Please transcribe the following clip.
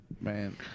Man